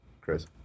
Chris